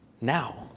Now